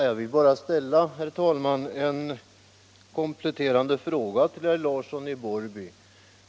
Herr talman! Jag vill bara ställa en kompletterande fråga till herr Larsson i Borrby.